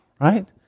Right